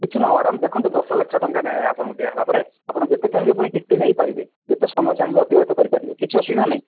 କିଛି ନାହିଁ ମ୍ୟାଡ଼ାମ୍ ଦେଖନ୍ତୁ ଦଶ ଲକ୍ଷ ଟଙ୍କା ଆପଣଙ୍କୁ ଦିଆହେଲା ପରେ ଆପଣ ଯେତେ ଚାହିଁବେ ପୁଣି କିସ୍ତି ନେଇ ପାରିବେ ଯେତେ ସମୟ ଚାହିଁବେ ଅତିବାହିତ କରିପାରିବେ କିଛି ଅସୁବିଧା ନାହିଁ